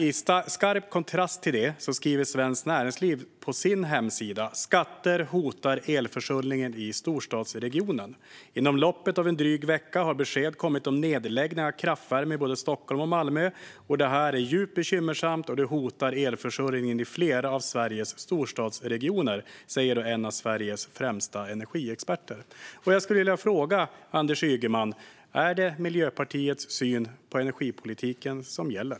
I skarp kontrast till detta har Svenskt Näringsliv rubriken "Skatter hotar elförsörjningen i storstadsregioner" på sin hemsida. "Inom loppet av en dryg vecka har besked kommit om nedläggning av kraftvärme i både Stockholm och Malmö", står det. Det här är djupt bekymmersamt och hotar elförsörjningen i flera av Sveriges storstadsregioner, säger en av Sveriges främsta energiexperter. Jag skulle vilja fråga Anders Ygeman: Är det Miljöpartiets syn på energipolitiken som gäller?